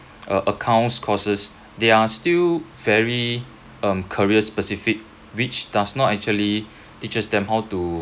uh accounts courses they are still very um career specific which does not actually teaches them how to